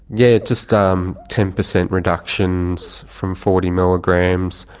yeah just ah um ten percent reductions from forty milligrams.